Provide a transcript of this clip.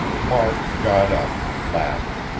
mark got up, laughed.